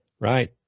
Right